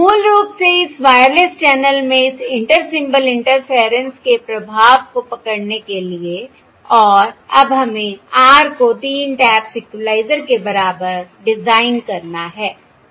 मूल रूप से इस वायरलेस चैनल में इस इंटर सिंबल इंटरफेरेंस के प्रभाव को पकड़ने के लिए और अब हमें r को 3 टैप्स इक्वलाइज़र के बराबर डिज़ाइन करना है ठीक है